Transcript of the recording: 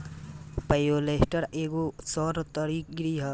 bioshelter एगो सौर हरित गृह ह